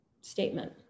statement